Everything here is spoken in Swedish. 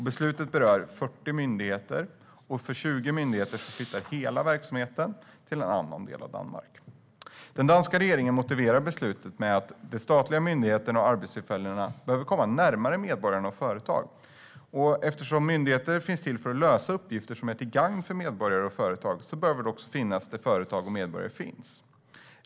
Beslutet berör 40 myndigheter, och för 20 myndigheter flyttas hela verksamheten till en annan del av Danmark. Den danska regeringen motiverar beslutet med att de statliga myndigheterna och arbetstillfällena behöver komma närmare medborgare och företag. Eftersom myndigheter finns till för att lösa uppgifter som är till gagn för medborgare och företag behöver de finnas där medborgare och företag finns.